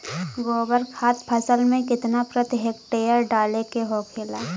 गोबर खाद फसल में कितना प्रति हेक्टेयर डाले के होखेला?